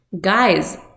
guys